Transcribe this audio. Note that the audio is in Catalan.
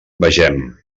vegem